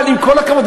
אבל עם כל הכבוד,